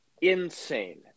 insane